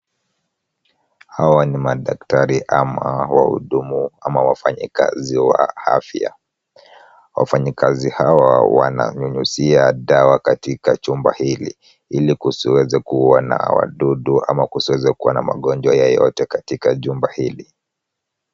Hawa ni madaktari ama wahudumu ama wafanyikazi wa afya. Wafanyikazi hawa wananyunyizia dawa katika chumba hili ili kusiweze kuwa na wadudu ama kusiweze kuwa na magonjwa yoyote katika jumba hili.